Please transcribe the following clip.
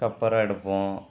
கப்பற எடுப்போம்